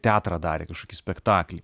teatrą darė kažkokį spektaklį